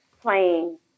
playing